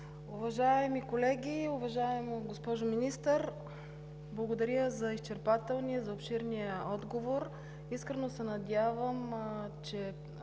Уважаеми колеги! Уважаема госпожо Министър, благодаря за изчерпателния и обширен отговор. Искрено се надявам, че